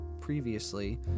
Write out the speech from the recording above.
previously